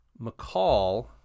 McCall